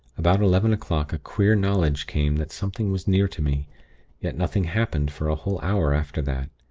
about eleven o'clock a queer knowledge came that something was near to me yet nothing happened for a whole hour after that.